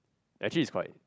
actually is quite